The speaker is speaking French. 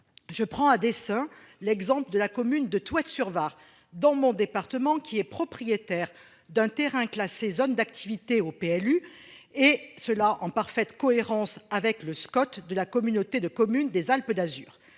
Je prends à dessein l'exemple de la commune de toiture var dans mon département qui est propriétaire d'un terrain classé zone d'activité au PLU et cela, en parfaite cohérence avec le Scott de la communauté de communes des Alpes d'Azur.